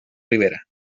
ribera